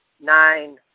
nine